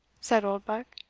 said oldbuck,